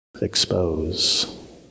expose